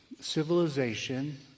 civilization